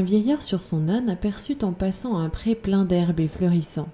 vieillard sur sondne aperçut en passant xjn pré plein d'herbe et fleurissant